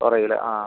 കുറയും അല്ലേ ആ